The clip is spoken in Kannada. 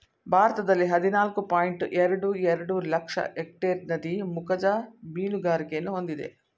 ಭಾರತದಲ್ಲಿ ಹದಿನಾಲ್ಕು ಪಾಯಿಂಟ್ ಎರಡು ಎರಡು ಲಕ್ಷ ಎಕ್ಟೇರ್ ನದಿ ಮುಖಜ ಮೀನುಗಾರಿಕೆಯನ್ನು ಹೊಂದಿದೆ